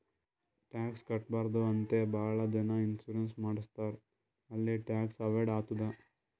tax ಕಟ್ಬಾರ್ದು ಅಂತೆ ಭಾಳ ಜನ ಇನ್ಸೂರೆನ್ಸ್ ಮಾಡುಸ್ತಾರ್ ಅಲ್ಲಿ ಟ್ಯಾಕ್ಸ್ ಅವೈಡ್ ಆತ್ತುದ್